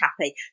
happy